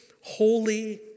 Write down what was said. holy